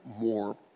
more